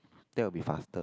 that will be faster